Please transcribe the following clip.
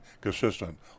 consistent